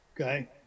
okay